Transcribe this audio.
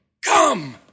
come